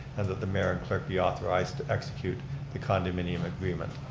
and that the mayor and clerk be authorized to execute the condominium agreement.